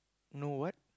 no what